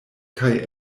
kaj